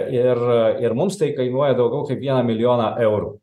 ir ir mums tai kainuoja daugiau kaip vieną milijoną eurų